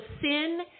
sin